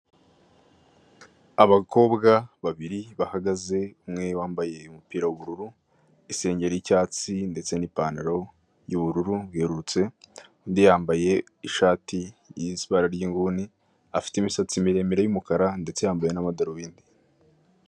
Abakobwa babiri bahagaze umwe wambaye umupira w'ubururu, isengeri y'icyatsi ndetse n'ipantaro y'ubururu bwererutse, undi yambaye ishati yiswe ibara ry'inguni afite imisatsi miremire y'umukara ndetse yambaye n'amadarubindi.